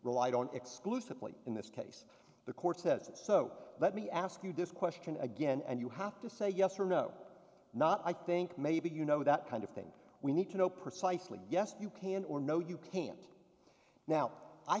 relied on exclusively in this case the court says so let me ask you this question again and you have to say yes or no not i think maybe you know that kind of thing we need to know precisely yes you can or no you can't now i